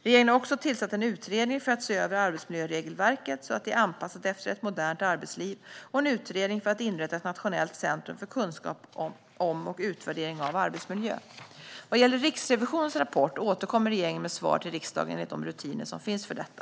Regeringen har också tillsatt en utredning för att se över arbetsmiljöregelverket så att det är anpassat efter ett modernt arbetsliv och en utredning för att inrätta ett nationellt centrum för kunskap om och utvärdering av arbetsmiljö. Vad gäller Riksrevisionens rapport återkommer regeringen med ett svar till riksdagen enligt de rutiner som finns för detta.